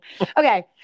Okay